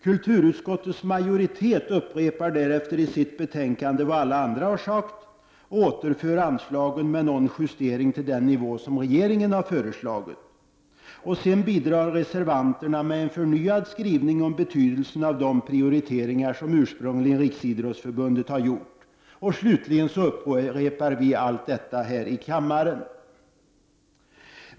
Kulturutskottets majoritet upprepar därefter i sitt betänkande vad alla andra sagt och återför anslagen, med någon justering, till den nivå regeringen har föreslagit. Sedan bidrar reservanterna med en förnyad skrivning om betydelsen av de prioriteringar som Riksidrottsförbundet ursprungligen gjort. Slutligen upprepar vi allt detta här i kammaren.